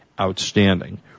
outstanding